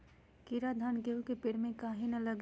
कीरा धान, गेहूं के पेड़ में काहे न लगे?